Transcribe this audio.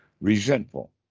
resentful